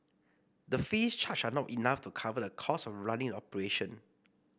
the fees charged are not enough to cover the cost of running the operation